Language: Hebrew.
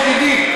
ידידי,